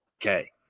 Okay